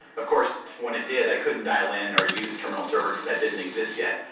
of course, when it did, i couldn't dial in or use terminal server cause that didn't exist yet.